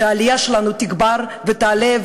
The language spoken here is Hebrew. ושהעלייה שלנו תגבר ותעלה.